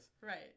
Right